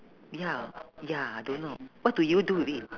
ya ya I don't know what do you do with it